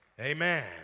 Amen